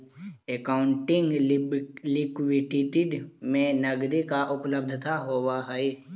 accounting liquidity में नकदी के उपलब्धता होवऽ हई